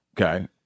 Okay